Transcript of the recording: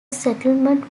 settlement